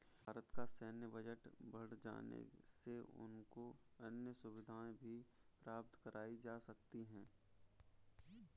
भारत का सैन्य बजट बढ़ जाने से उनको अन्य सुविधाएं भी प्राप्त कराई जा सकती हैं